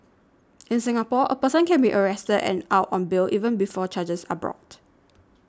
in Singapore a person can be arrested and out on bail even before charges are brought